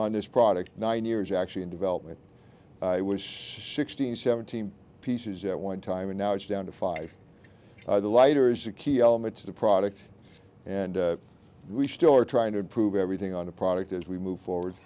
on this product nine years actually in development i was sixteen seventeen pieces at one time and now it's down to five lighters a key element to the product and we still are trying to improve everything on a product as we move forward